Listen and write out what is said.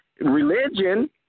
Religion